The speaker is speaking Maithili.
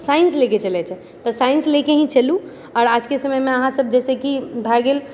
साइंस लेके चलै छै तऽ साइंस लेके ही चलु आओर आजके समयमे अहाँसब जैसेकी भए गेल